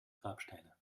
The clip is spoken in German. grabsteine